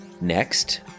Next